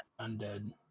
Undead